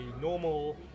normal